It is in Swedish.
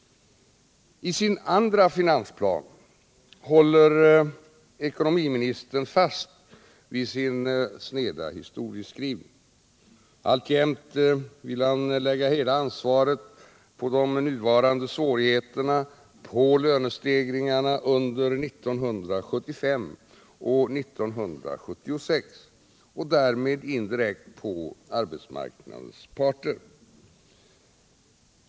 I sin andra finansplan håller ekonomiministern fast vid sin sneda historieskrivning. Han vill alltjämt lägga hela ansvaret för de nuvarande svårigheterna på lönestegringarna under 1975 och 1976 och därmed indirekt på arbetsmarknadens parter.